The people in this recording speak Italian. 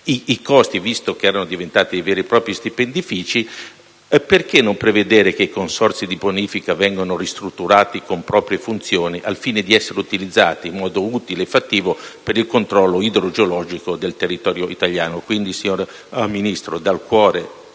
i costi, dal momento che erano diventati veri e propri «stipendifici», perché non prevedere che tali consorzi vengano ristrutturati con proprie funzioni, al fine di essere utilizzati in modo utile e fattivo per il controllo idrogeologico del territorio italiano? Quindi, signor Ministro, occorre